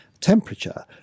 temperature